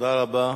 תודה רבה.